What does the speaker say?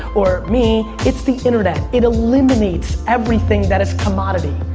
or me, it's the internet. it eliminates everything that has commodity.